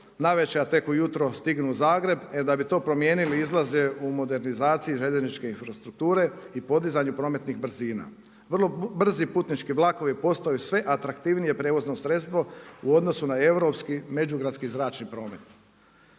navečer, a tek ujutro stignu u Zagreb. E da bi to promijenili izlaze u modernizaciji željezničke infrastrukture i podizanju prometnih brzina. Vrlo brzi putnički vlakovi postaju sve atraktivnije prijevozno sredstvo u odnosu na europski međugradski zračni promet.